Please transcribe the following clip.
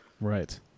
Right